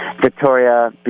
Victoria